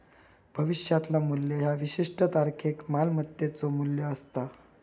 भविष्यातला मू्ल्य ह्या विशिष्ट तारखेक मालमत्तेचो मू्ल्य असता